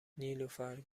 نیلوفر